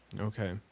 Okay